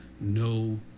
no